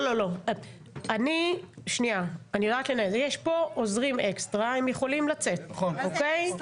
שמראה עלייה והתקדמות גם באיכות העבודה,